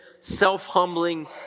self-humbling